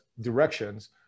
directions